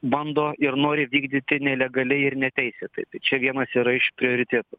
bando ir nori vykdyti nelegaliai ir neteisėtai tai čia vienas yra iš prioritetų